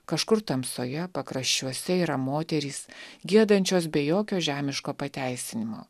kažkur tamsoje pakraščiuose yra moterys giedančios be jokio žemiško pateisinimo